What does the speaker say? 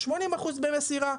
80% במסירה.